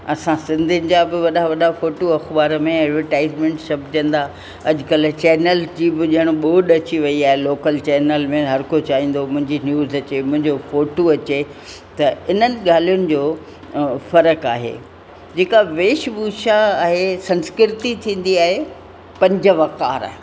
असां सिंधियुनि जा बि वॾा वॾा फोटू अख़बार में ऐं एडवटाईज़मेंट छपजंदा अॼु कल्ह चेनल जी बि ॼण ॿोॾ अची वई आहे लोकल चेनल में हरको चाहींदो मुंहिंजी न्यूज़ अचे मुंहिंजो फोटू अचे त इन्हनि ॻाल्हियुनि जो फ़र्क़ु आहे जेका वेश भूषा आहे संस्कृती थींदी आहे पंज वकार